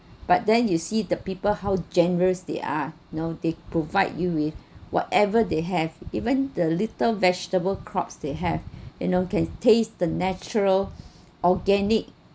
but then you see the people how generous they are you know they provide you with whatever they have even the little vegetable crops they have you know can taste the natural organic